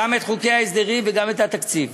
גם את חוקי ההסדרים וגם את התקציב,